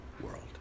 world